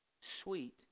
Sweet